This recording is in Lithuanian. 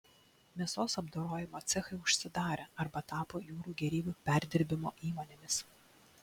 mėsos apdorojimo cechai užsidarė arba tapo jūrų gėrybių perdirbimo įmonėmis